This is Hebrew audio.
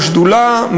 בשדולה,